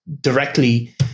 directly